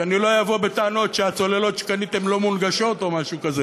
שאני לא אבוא בטענות שהצוללות שקניתם לא מונגשות או משהו כזה,